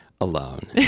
Alone